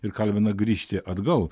ir kalbina grįžti atgal